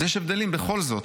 אז יש הבדלים בכל זאת.